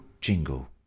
jingle